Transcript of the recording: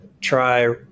try